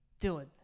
Dylan